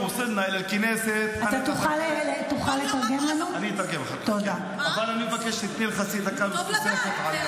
זה מותר, גם לפי הכללים.